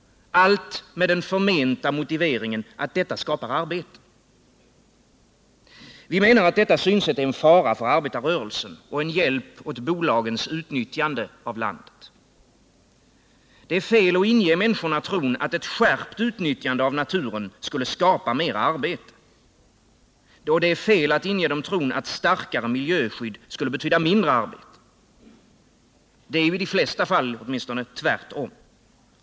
Allt sker med den förmenta motiveringen att detta skapar arbete. Vi menar att detta synsätt är en fara för arbetarrörelsen och en hjälp åt bolagens utnyttjande av landet. Det är fel att inge människorna tron att skärpt utnyttjande av naturen skulle skapa mer arbete. Det är fel att inge dem tron att starkare miljöskydd skulle betyda mindre arbete. Det är — åtminstone i de flesta fall — tvärtom.